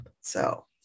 So-